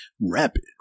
rapid